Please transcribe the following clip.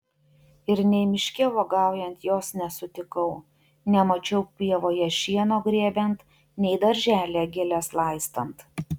ir nei miške uogaujant jos nesutikau nemačiau pievoje šieno grėbiant nei darželyje gėles laistant